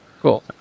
Cool